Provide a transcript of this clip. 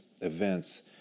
events